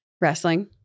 Wrestling